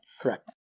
Correct